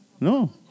No